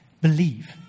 Believe